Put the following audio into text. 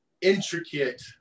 intricate